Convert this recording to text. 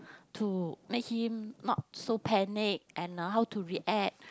to make him not so panic and how to react